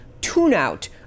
tune-out